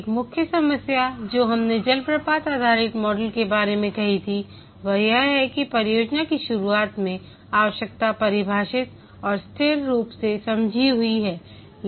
एक मुख्य समस्या जो हमने जलप्रपात आधारित मॉडल के बारे में कही थी वह यह है कि परियोजना की शुरुआत में आवश्यकता परिभाषित और स्थिर रूप से समझी हुई है